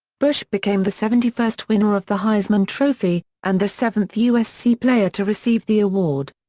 bush became the seventy first winner of the heisman trophy, and the seventh usc player to receive the award.